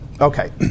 Okay